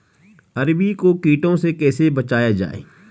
अरबी को कीटों से कैसे बचाया जाए?